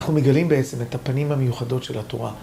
אנחנו מגלים בעצם את הפנים המיוחדות של התורה.